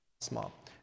small